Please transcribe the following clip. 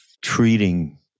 treating